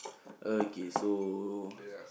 okay so